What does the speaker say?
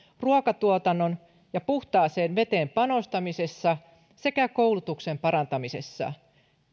ruokatuotantoon ja puhtaaseen veteen panostamisessa sekä koulutuksen parantamisessa